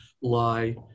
lie